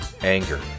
Anger